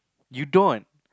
you don't